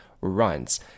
runs